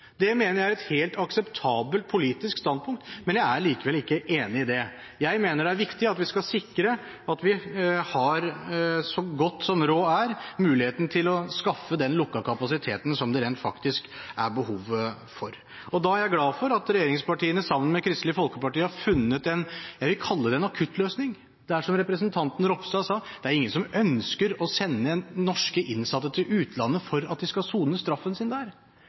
det mener jeg er et helt akseptabelt politisk standpunkt, men jeg er likevel ikke enig i det. Jeg mener det er viktig at vi skal sikre at vi så godt som råd er, har muligheten til å skaffe den lukkede kapasiteten som det rent faktisk er behov for. Da er jeg glad for at regjeringspartiene, sammen med Kristelig Folkeparti, har funnet det jeg vil kalle en akuttløsning. Det er, som representanten Ropstad sa, ingen som ønsker å sende norske innsatte til utlandet for at de skal sone straffen sin der.